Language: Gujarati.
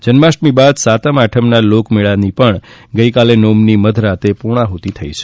જન્માષ્ટમી બાદ સાતમ આઠમના લોક મેળાઓની પણ ગઈકાલે નોમની મધરાતે પૂર્ણાહૂર્તિ થઈ છે